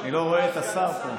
אני לא רואה את השר פה.